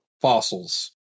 fossils